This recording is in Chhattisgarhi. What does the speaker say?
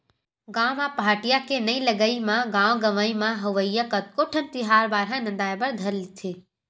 गाँव म पहाटिया के नइ लगई म गाँव गंवई म होवइया कतको ठन तिहार बार ह नंदाय बर धर लेथे